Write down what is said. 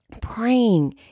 praying